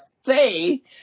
Say